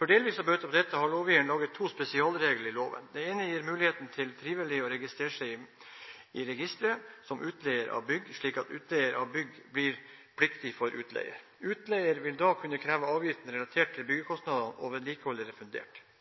For delvis å bøte på dette har lovgiver laget to spesialregler i loven. Den ene gir muligheten til frivillig å registrere seg i Merverdiavgiftsregisteret som utleier av bygg, slik at utleier av bygg blir merverdiavgiftspliktig for utleier. Utleier vil da kunne kreve avgiften relatert til byggekostnader og vedlikehold refundert.